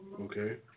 Okay